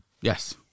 Yes